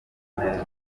neza